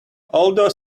although